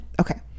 okay